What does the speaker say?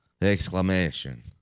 Exclamation